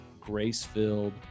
grace-filled